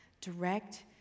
Direct